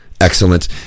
Excellent